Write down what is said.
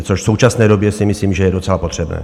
Což v současné době si myslím, že je docela potřebné.